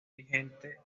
vigente